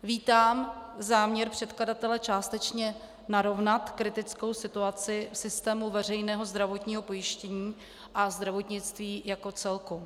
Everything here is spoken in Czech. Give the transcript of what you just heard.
Vítám záměr předkladatele částečně narovnat kritickou situaci v systému veřejného zdravotního pojištění a zdravotnictví jako celku.